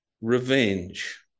revenge